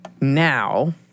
now